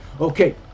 okay